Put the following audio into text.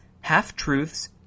half-truths